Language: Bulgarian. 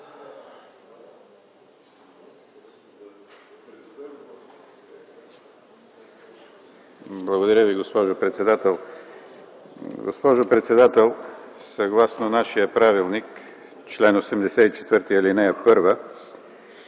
Благодаря Ви, госпожо председател. Госпожо председател, съгласно нашия правилник, чл. 84, ал. 1,